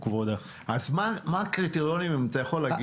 האם אתה יכול להגיד